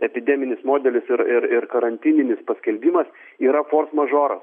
epideminis modelis ir ir ir karantininis paskelbimas yra fors mažoras